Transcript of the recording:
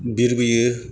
बिरबोयो